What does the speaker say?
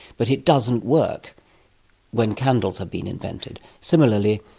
but it doesn't work when candles have been invented. similarly,